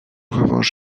revanche